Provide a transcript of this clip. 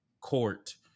court